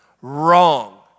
Wrong